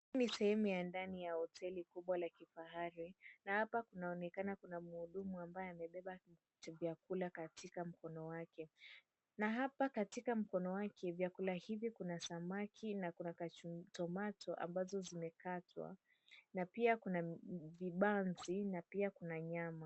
Hii ni sehemu ya ndani ya hoteli kubwa la kifahari, na hapa kunaonekana kuna mhudumu ambaye amebeba kitu vyakula katika mkono wake. Na hapa katika mkono wake, vyakula hivi kuna samaki na kuna tomato ambazo zimekatwa, na pia kuna vibanzi na pia kuna nyama.